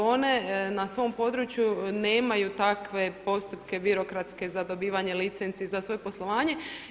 One na svom području nemaju takve postupke birokratske za dobivanje licenci za svoje poslovanje.